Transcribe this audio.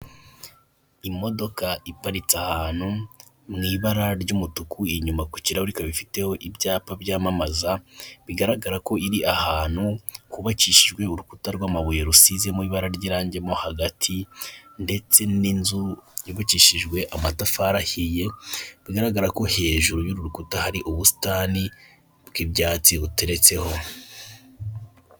Imodoka iparitse ahantu mu ibara ry'umutuku, inyuma ku kikaruhe ikaba ifiteho ibyapa byamamaza, bigaragara ko iri ahantu hubakishijwe urukuta rw'amabuye rusizemo ibara ry'irange mo hagati, ndetse n'inzu yubakishijwe amatafari ahiye, bigaragara ko hejuru y'uru rukuta hari ubusitani bw'ibyatsi buteretseho.